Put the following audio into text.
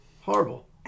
horrible